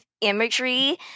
imagery